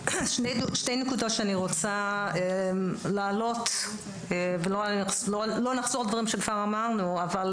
יש שתי נקודות שאני רוצה להעלות ולא לחזור על דברים שכבר אמרנו: א',